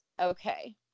okay